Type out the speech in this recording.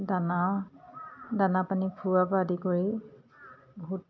দানা দানা পানী খুওৱাৰ পৰা আদি কৰি বহুত